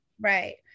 Right